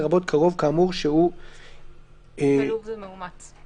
לרבות קרוב כאמור שהוא שלוב," "שלוב" זה מאומץ.